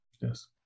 Yes